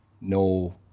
no